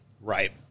Right